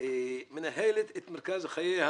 מנהלת את מרכז חייה